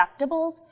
deductibles